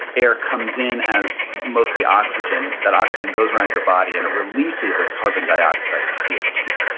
air comes in as mostly oxygen, that oxygen goes around your body and it releases as carbon dioxide or c o two.